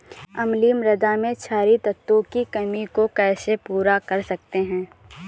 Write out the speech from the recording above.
अम्लीय मृदा में क्षारीए तत्वों की कमी को कैसे पूरा कर सकते हैं?